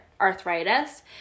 arthritis